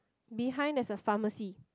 behind there's a pharmacy